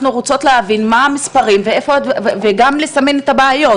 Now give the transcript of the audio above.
אנחנו רוצות להבין מה המספרים וגם לסמן את הבעיות,